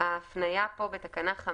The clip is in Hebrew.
תקנה 5